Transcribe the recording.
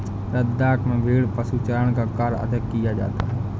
लद्दाख में भेड़ पशुचारण का कार्य अधिक किया जाता है